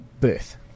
birth